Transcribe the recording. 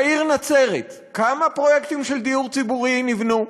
בעיר נצרת, כמה פרויקטים של דיור ציבורי נבנו,